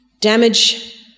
damage